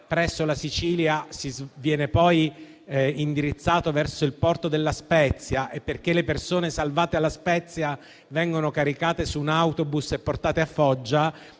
presso la Sicilia viene poi indirizzato verso il porto di La Spezia e perché le persone salvate a La Spezia vengono caricate su un autobus e portate a Foggia.